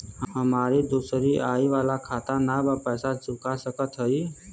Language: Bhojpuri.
हमारी दूसरी आई वाला खाता ना बा पैसा चुका सकत हई?